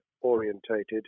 orientated